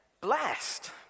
Blessed